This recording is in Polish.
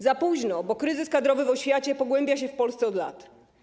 Za późno, bo kryzys kadrowy w oświacie pogłębia się w Polsce od lat.